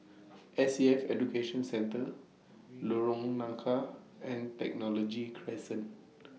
S A F Education Centre Lorong Nangka and Technology Crescent